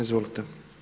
Izvolite.